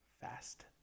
Fast